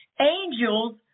Angels